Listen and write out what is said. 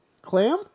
Clam